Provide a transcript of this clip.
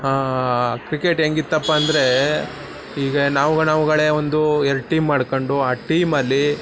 cricket ಹೆಂಗಿತ್ತಪ್ಪಾ ಅಂದರೆ ಈಗ ನಾವು ನಾವುಗಳೇ ಒಂದು ಎರಡು ಟೀಮ್ ಮಾಡ್ಕೊಂಡು ಆ ಟೀಮಲಿ